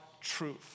truth